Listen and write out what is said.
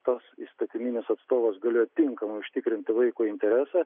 tas įstatyminis atstovas galėjo tinkamai užtikrinti vaiko interesą